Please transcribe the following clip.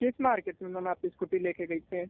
किस मार्केट में मैम आप स्कूटी ले कर गई थे